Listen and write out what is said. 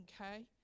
okay